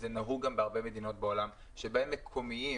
וזה נהוג גם בהרבה מדינות בעולם בהם מקומיים,